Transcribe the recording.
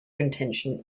intention